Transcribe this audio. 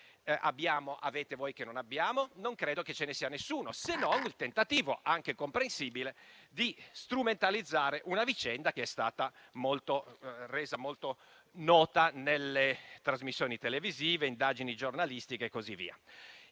avete voi che noi non abbiamo? Non credo che ve ne sia alcuno, se non il tentativo anche comprensibile di strumentalizzare una vicenda che è stata resa molto nota nelle trasmissioni televisive, nelle indagini giornalistiche e così via.